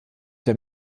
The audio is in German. der